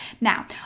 Now